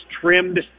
trimmed